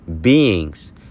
beings